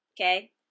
Okay